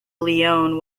leone